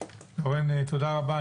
לורן, תודה רבה.